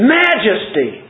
majesty